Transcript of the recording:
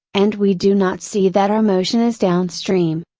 and we do not see that our motion is down stream.